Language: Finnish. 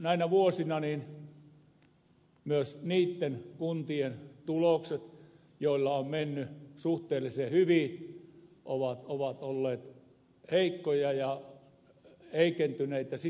näinä vuosina myös niitten kuntien tulokset joilla on aiemmin mennyt suhteellisen hyvin ovat olleet heikkoja ja heikentyneitä